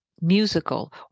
musical